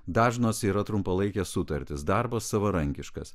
dažnos yra trumpalaikės sutartis darbas savarankiškas